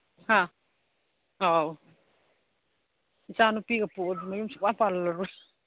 ꯍꯥ ꯑꯧ ꯏꯆꯥꯅꯨꯄꯤꯒ ꯄꯣꯛꯑꯗꯤ ꯃꯌꯨꯝ ꯁꯨꯡꯄꯥꯟ ꯄꯥꯜꯍꯜꯂꯔꯣꯏ